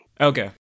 Okay